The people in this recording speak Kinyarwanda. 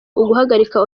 uguhagarika